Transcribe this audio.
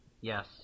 Yes